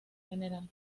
gral